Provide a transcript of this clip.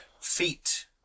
feet